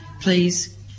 please